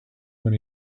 when